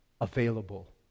available